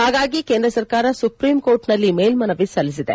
ಹಾಗಾಗಿ ಕೇಂದ್ರ ಸರ್ಕಾರ ಸುಪ್ರೀಂಕೋರ್ಟ್ನಲ್ಲಿ ಮೇಲ್ವನವಿ ಸಲ್ಲಿಸಿದೆ